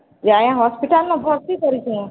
ଯେ ଆଜ୍ଞା ହସ୍ପିଟାଲ୍ ନ ଭର୍ତ୍ତି କରିଛେ